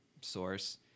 source